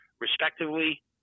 respectively